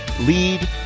lead